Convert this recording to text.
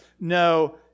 No